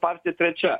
partija trečia